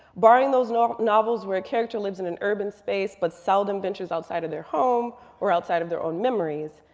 barring those and novels where a character lives in an urban space but seldom ventures outside of their home or outside of their own memories,